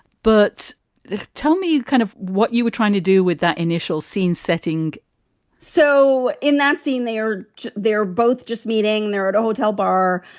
but tell me kind of what you were trying to do with that initial scene setting so in that scene, they are they're both just meeting there at a hotel bar.